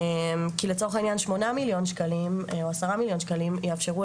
כי לצורך העניין 8 מיליון שקלים או 10 מיליון שקלים יאפשרו